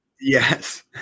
Yes